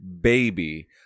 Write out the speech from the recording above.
baby